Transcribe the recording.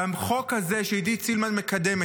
והחוק הזה שעידית סילמן מקדמת,